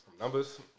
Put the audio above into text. Numbers